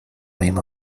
rim